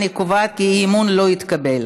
אני קובעת כי האי-אמון לא התקבל.